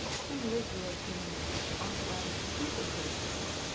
some late baroque german makers also added a two-foot set of strings,